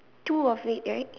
two of it right